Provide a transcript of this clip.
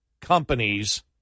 companies